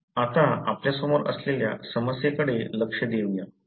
आता आपल्यासमोर असलेल्या समस्येकडे लक्ष देऊ या